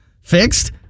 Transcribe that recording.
fixed